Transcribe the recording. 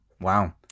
Wow